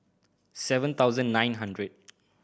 seven thousand nine hundred